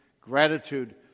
gratitude